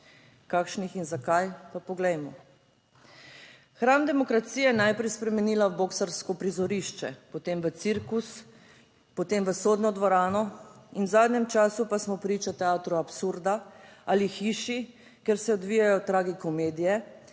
Kakšnih in zakaj? Pa poglejmo. Hram demokracije je najprej spremenila v boksarsko prizorišče, potem v cirkus, potem v sodno dvorano in v zadnjem času pa smo priča teatru absurda ali hiši, kjer se odvijajo tragikomedije,